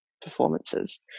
performances